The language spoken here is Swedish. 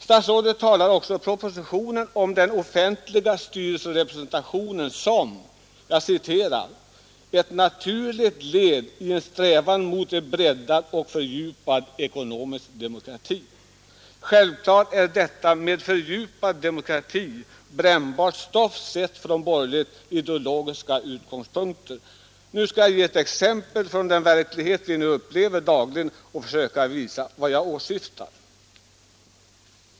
Statsrådet talar också i propositionen om den offentliga styrelserepresentationen som ”ett naturligt led i en strävan mot breddad och fördjupad ekonomisk demokrati”. Självklart är detta med fördjupad ekonomisk demokrati brännbart stoff sett från borgerligt ideologiska utgångspunkter. Jag skall därför med ett exempel från den verklighet vi nu upplever dagligen försöka visa vad jag åsyftar.